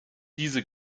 diese